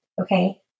Okay